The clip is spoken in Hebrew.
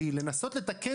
היא לנסות לתקן דברים.